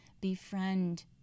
Befriend